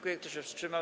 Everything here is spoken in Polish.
Kto się wstrzymał?